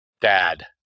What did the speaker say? dad